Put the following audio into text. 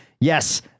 Yes